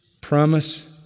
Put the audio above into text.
promise